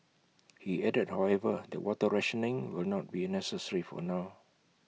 he added however that water rationing will not be necessary for now